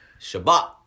Shabbat